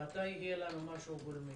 מתי יהיה לנו משהו גולמי?